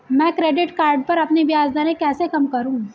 मैं credit card पर अपनी ब्याज दरें कैसे कम करूँ?